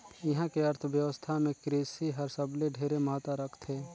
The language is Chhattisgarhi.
इहां के अर्थबेवस्था मे कृसि हर सबले ढेरे महत्ता रखथे